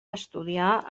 estudiar